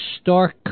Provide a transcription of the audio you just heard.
stark